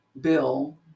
Bill